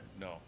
No